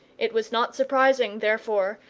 it was not surprising, therefore,